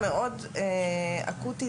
מאוד אקוטית,